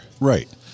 Right